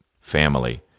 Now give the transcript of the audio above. family